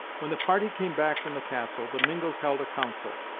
when the party came back from the castle, the mingos held a council,